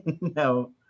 no